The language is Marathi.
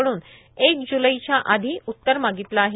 कडून एक जुलैच्या आधी उत्तर मागितले आहे